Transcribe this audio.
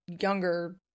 younger